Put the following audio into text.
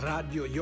Radio